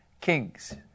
Kings